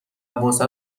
واست